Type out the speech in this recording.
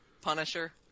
Punisher